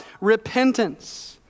repentance